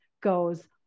goes